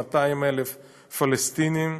200,000 פלסטינים.